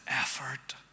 effort